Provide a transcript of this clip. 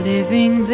Living